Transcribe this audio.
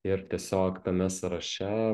ir tiesiog tame sąraše